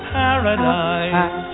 paradise